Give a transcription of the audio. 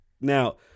Now